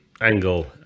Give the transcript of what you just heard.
angle